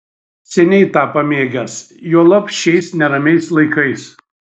seniai tą pamėgęs juolab šiais neramiais laikais